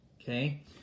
Okay